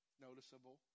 Noticeable